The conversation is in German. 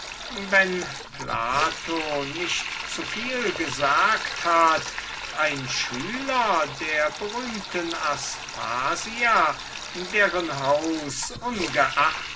wenn plato nicht zuviel gesagt hat ein schüler der berühmten aspasia deren